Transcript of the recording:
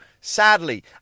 Sadly